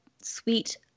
sweet